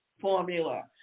formula